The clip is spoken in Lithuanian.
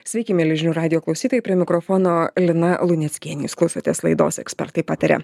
sveiki mieli žinių radijo klausytojai prie mikrofono lina luneckienė jūs klausotės laidos ekspertai pataria